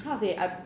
how to say ah